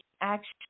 action